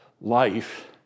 life